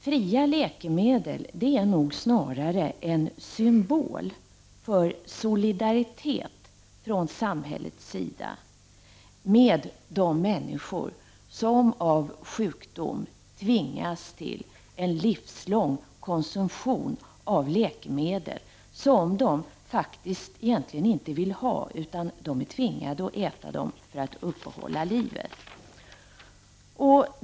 Fria läkemedel är nog snarare en symbol för solidaritet från samhällets sida med de människor som av sjukdom tvingas till en livslång konsumtion av läkemedel, som de egentligen inte vill ha utan som de är tvingade att äta för att uppehålla livet.